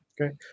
Okay